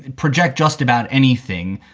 and project just about anything.